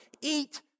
Eat